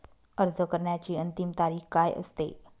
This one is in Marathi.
अर्ज करण्याची अंतिम तारीख काय असते?